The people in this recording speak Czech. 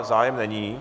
Zájem není.